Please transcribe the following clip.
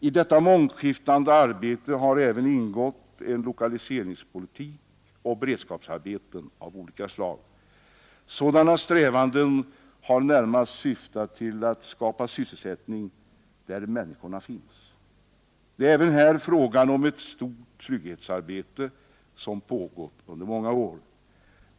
I detta mångskiftande arbete har även ingått en lokaliseringspolitik och beredskapsarbeten av olika slag. Sådana strävanden har närmast syftat till att skapa sysselsättning där människorna finns. Det är även här fråga om ett stort trygghetsarbete som pågått under många år.